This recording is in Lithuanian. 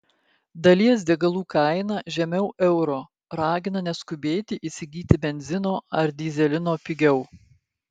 dalies degalų kaina žemiau euro ragina neskubėti įsigyti benzino ar dyzelino pigiau